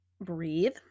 breathe